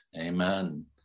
Amen